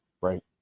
right